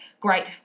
great